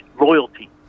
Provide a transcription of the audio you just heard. loyalty